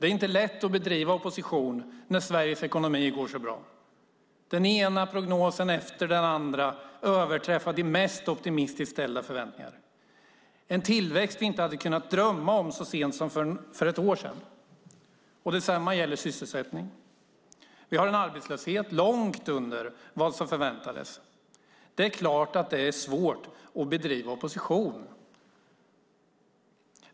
Det är inte lätt att bedriva opposition när Sveriges ekonomi går så bra. Den ena prognosen efter den andra överträffar de mest optimistiskt ställda förväntningarna. Vi har en tillväxt vi inte hade kunnat drömma om så sent som för ett år sedan, och detsamma gäller sysselsättningen. Vi har en arbetslöshet långt under vad som förväntades. Det är klart att det då är svårt att bedriva opposition.